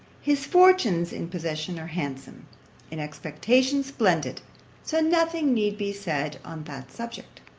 his fortunes in possession are handsome in expectation, splendid so nothing need be said on that subject.